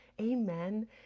Amen